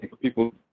people